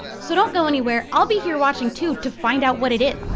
so don't go anywhere. i'll be here watching too to find out what it is.